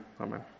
Amen